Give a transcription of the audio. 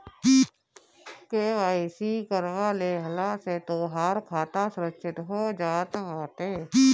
KYC करवा लेहला से तोहार खाता सुरक्षित हो जात बाटे